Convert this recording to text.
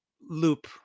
loop